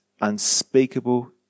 unspeakable